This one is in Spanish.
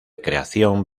creación